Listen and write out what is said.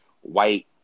white